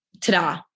ta-da